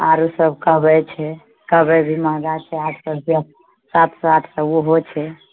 आरो सभ कवइ छै कवइ भी महङ्गा छै आठ सए रुपआ सात सए आठ सए ओहो छै